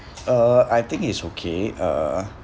uh I think it's okay uh